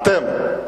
אתם,